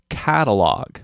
catalog